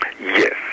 Yes